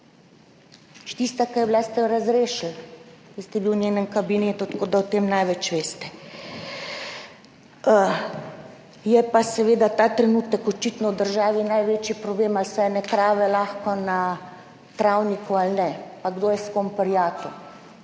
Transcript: tista, ki je bila, ste jo razrešili. Vi ste bili v njenem kabinetu, tako da o tem največ veste. Je pa seveda ta trenutek očitno v državi največji problem, ali so ene krave lahko na travniku ali ne pa kdo je s kom prijatelj.